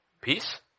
peace